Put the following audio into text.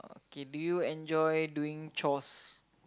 K do you enjoy doing chores